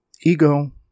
Ego